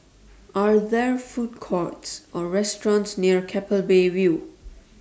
Are There Food Courts Or restaurants near Keppel Bay View